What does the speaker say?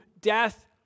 death